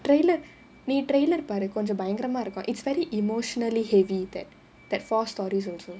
trailer நீ:nee trailer பாரு கொஞ்ச பயங்கரமா இருக்கும்:paaru konja bayangaramaa irukkum it's very emotionally heavy that that four stories also